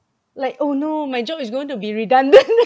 like oh no my job is going to be redundant